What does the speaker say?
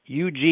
UG